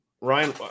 Ryan